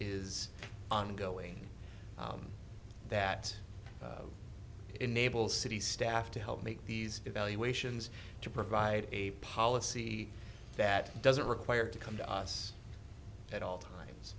is ongoing that enables city staff to help make these evaluations to provide a policy that doesn't require to come to us at all times